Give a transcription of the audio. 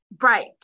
right